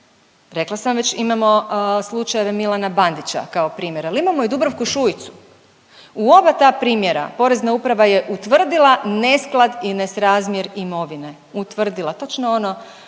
Rekla sam već imamo slučajeve Milana Bandića kao primjer, ali imamo i Dubravku Šuicu. U oba ta primjera Porezna uprava je utvrdila nesklad i nesrazmjer imovine,